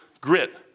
grit